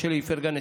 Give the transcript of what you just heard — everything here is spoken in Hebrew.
שלי איפרגן,